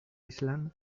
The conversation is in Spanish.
island